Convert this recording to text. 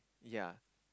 ya